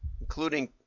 including